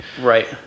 Right